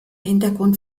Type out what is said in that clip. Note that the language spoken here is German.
hintergrund